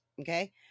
Okay